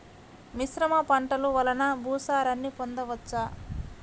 మిశ్రమ పంటలు వలన భూసారాన్ని పొందవచ్చా?